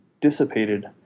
dissipated